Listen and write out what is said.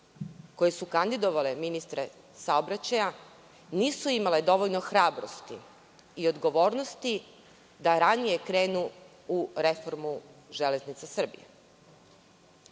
koje su kandidovale ministre saobraćaja nisu imale dovoljno hrabrosti i odgovornosti da ranije krenu u reformu Železnica Srbije?